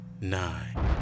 nine